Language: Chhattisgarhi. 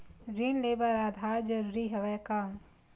ऋण ले बर आधार जरूरी हवय का?